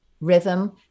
Rhythm